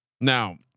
Now